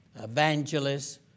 evangelists